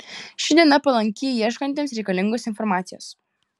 ši diena palanki ieškantiems reikalingos informacijos